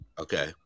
Okay